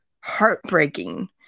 heartbreaking